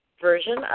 version